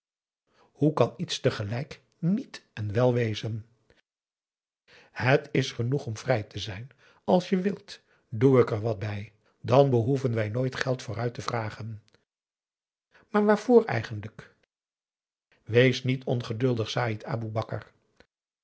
hoe kan iets tegelijk niet en wel wezen het is genoeg om vrij te zijn als je wilt doe ik er wat bij dan behoeven wij nooit geld vooruit te vragen maar waarvoor eigenlijk wees niet ongeduldig saïd aboe bakar